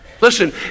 listen